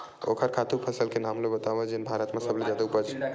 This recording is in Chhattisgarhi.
ओखर खातु फसल के नाम ला बतावव जेन भारत मा सबले जादा उपज?